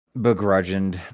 begrudging